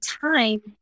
time